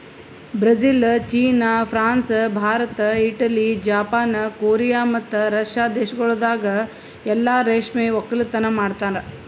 Brazil, China, France, Bharat, Italy, Japan, Korea ಮತ್ತ Russia ದೇಶಗೊಳ್ದಾಗ್ ಎಲ್ಲಾ ರೇಷ್ಮೆ ಒಕ್ಕಲತನ ಮಾಡ್ತಾರ